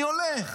אני הולך.